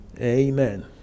Amen